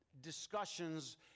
discussions